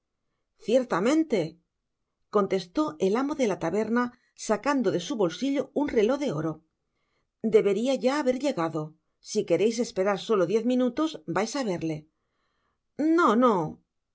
ciertamente contestó el amo de la taberna sacando de su bolsillo un reló de oro deberia ya haber llegado si quereis esperar solo diez minutos vais á verle no no